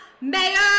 mayor